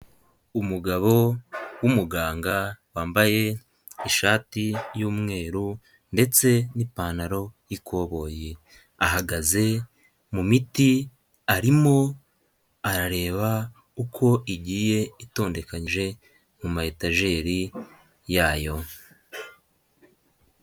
Umugabo w'umuganga wambaye ishati y'umweru ndetse n'ipantaro y'ikoboyi, ahagaze mu miti arimo arareba uko igiye itondekanyije mu ma etajeri yayo.